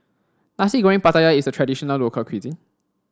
Nasi Goreng Pattaya is a traditional local cuisine